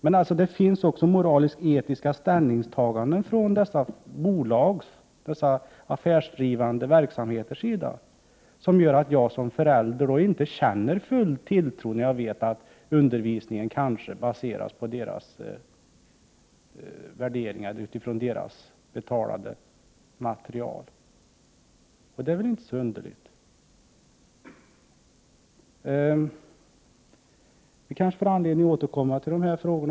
Det finns alltså moralisk-etiska ställningstaganden från dessa affärsdrivande verksamheters sida som gör att jag som förälder inte känner full tilltro till skolan när undervisningen kanske baseras på det material som man betalat för. Det är väl inte så underligt. Vi kanske får anledning att återkomma till denna fråga.